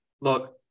look